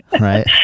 Right